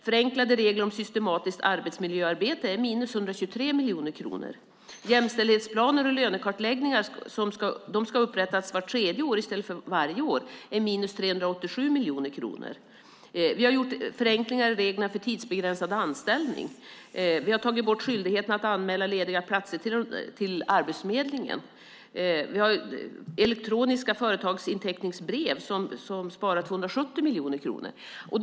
Förenklade regler om systematiskt arbetsmiljöarbete ger 123 miljoner kronor. Jämställdhetsplaner och lönekartläggningar ska upprättas vart tredje år i stället för varje år. Det ger 387 miljoner kronor. Vi har gjort förenklingar i reglerna för tidsbegränsad anställning. Vi har tagit bort skyldigheten att anmäla lediga platser till Arbetsförmedlingen. Elektroniska företagsinteckningsbrev sparar 270 miljoner kronor.